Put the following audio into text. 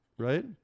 Right